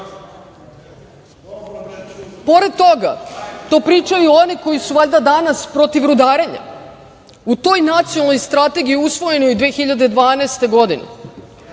reč. Pored toga, to pričaju oni koji su valjda danas protiv rudarenja, u toj Nacionalnoj strategiji, usvojenoj 2012. godine,